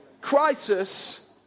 crisis